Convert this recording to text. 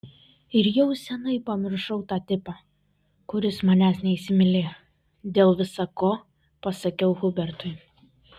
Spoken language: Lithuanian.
ir jau seniai pamiršau tą tipą kuris manęs neįsimylėjo dėl visa ko pasakiau hubertui